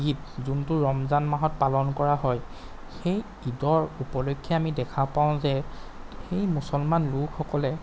ঈদ যোনটো ৰমজান মাহত পালন কৰা হয় সেই ঈদৰ উপলক্ষ্যে আমি দেখা পাওঁ যে সেই মুছলমান লোকসকলে